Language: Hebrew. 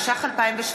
התשע"ח 2017,